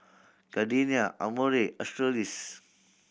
Gardenia Amore Australis